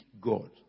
God